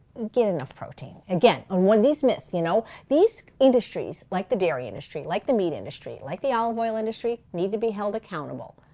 get enough protein again, ah one of these myths. you know these industries like the dairy industry, like the meat industry, like the olive oil industry need to be held accountable.